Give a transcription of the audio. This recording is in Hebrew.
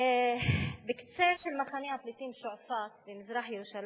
בקצה של מחנה הפליטים שועפאט, מזרח-ירושלים,